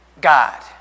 God